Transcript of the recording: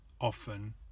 often